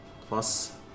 plus